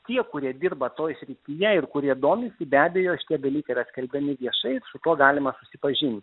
tie kurie dirba toj srityje ir kurie domisi be abejo šitie dalykai yra skelbiami viešai su kuo galima susipažint